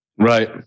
Right